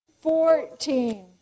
fourteen